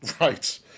Right